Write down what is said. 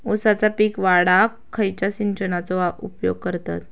ऊसाचा पीक वाढाक खयच्या सिंचनाचो उपयोग करतत?